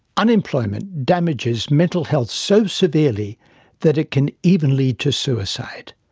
unemployment damages mental health so severely that it can even lead to suicide,